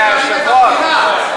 משפטים ובתי-משפט,